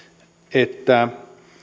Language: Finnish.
että